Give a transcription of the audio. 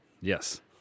Yes